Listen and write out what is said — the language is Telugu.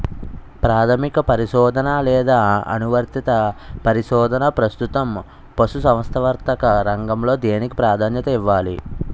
ప్రాథమిక పరిశోధన లేదా అనువర్తిత పరిశోధన? ప్రస్తుతం పశుసంవర్ధక రంగంలో దేనికి ప్రాధాన్యత ఇవ్వాలి?